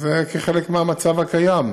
זה כחלק מהמצב הקיים.